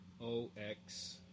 O-X